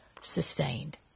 Sustained